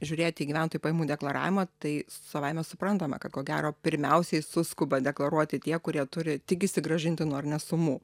žiūrėti į gyventojų pajamų deklaravimą tai savaime suprantama kad ko gero pirmiausiai suskuba deklaruoti tie kurie turi tikisi grąžintinų ar ne sumų